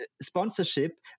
sponsorship